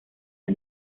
los